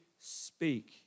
speak